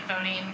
voting